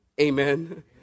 Amen